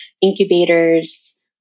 incubators